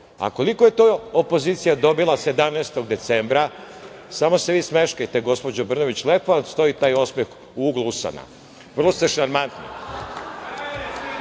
Koliko je to opozicija dobila 17. decembra? Samo se vi smeškajte gospođo Brnabić, lepo vam stoji taj osmeh u uglu usana. Vrlo ste šarmantni. Dakle,